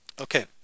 okay